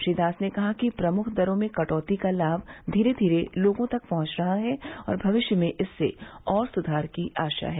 श्री दास ने कहा कि प्रमुख दरों में कटौती का लाभ धीरे धीरे लोगों तक पहंच रहा है और भविष्य में इसमें और सुधार की आशा है